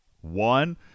One